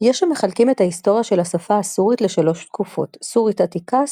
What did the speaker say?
יש המחלקים את ההיסטוריה של השפה הסורית לשלוש תקופות סורית עתיקה,